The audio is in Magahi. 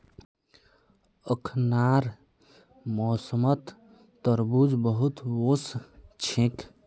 अखनार मौसमत तरबूज बहुत वोस छेक